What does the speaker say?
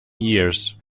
years